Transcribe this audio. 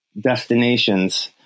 destinations